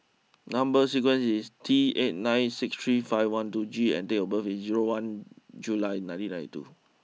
number sequence is T eight nine six three five one two G and date of birth is zero one July nineteen ninety two